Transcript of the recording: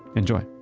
enjoy